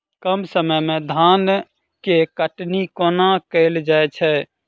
कम समय मे धान केँ कटनी कोना कैल जाय छै?